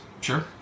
Sure